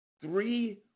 Three